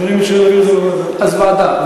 אז ועדה.